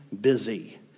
busy